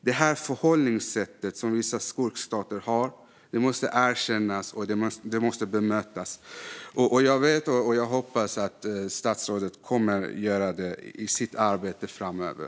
Detta förhållningssätt hos vissa skurkstater måste erkännas och bemötas. Jag hoppas att statsrådet kommer att göra det i sitt arbete framöver.